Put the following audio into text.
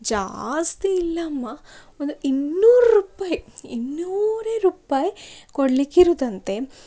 ಜಾಸ್ತಿ ಇಲ್ಲ ಅಮ್ಮ ಒಂದು ಇನ್ನೂರು ರೂಪಾಯಿ ಇನ್ನೂರೇ ರೂಪಾಯಿ ಕೊಡ್ಲಿಕ್ಕಿರೋದಂತೆ